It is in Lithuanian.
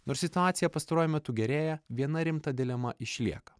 nors situacija pastaruoju metu gerėja viena rimta dilema išlieka